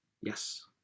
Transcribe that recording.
Yes